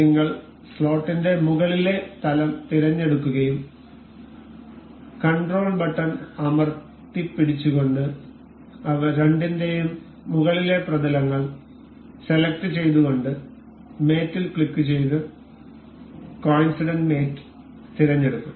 നിങ്ങൾ സ്ലോട്ടിന്റെ മുകളിലെ തലം തിരഞ്ഞെടുക്കുകയും കണ്ട്രോൾ ബട്ടൺ അമര്തിപിടിച്ചുകൊണ്ടു അവ രണ്ടിന്റെയും മുകളിലെ പ്രതലങ്ങൾ സെലക്റ്റ് ചെയ്തുകൊണ്ട് മേറ്റ് ൽ ക്ലിക്കുചെയ്ത് കോയിൻസിഡന്റ് മേറ്റ് തിരന്നെടുക്കും